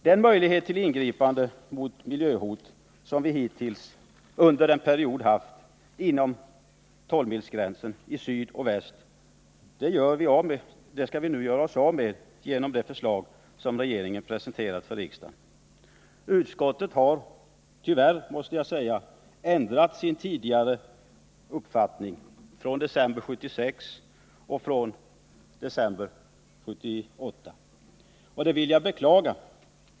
Den möjlighet till ingripande mot miljöhot, som vi under en period haft inom tolvmilsgränsen i syd och väst, skall vi nu göra oss av med genom det förslag som regeringen har presenterat för riksdagen. Utskottet har, tyvärr måste jag säga, ändrat sin uppfattning från december 1976 och från december 1978. Det beklagar jag.